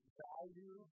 value